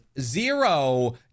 Zero